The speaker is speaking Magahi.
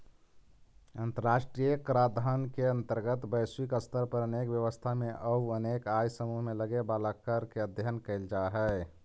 अंतर्राष्ट्रीय कराधान के अंतर्गत वैश्विक स्तर पर अनेक व्यवस्था में अउ अनेक आय समूह में लगे वाला कर के अध्ययन कैल जा हई